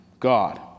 God